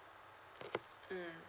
mm